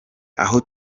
aho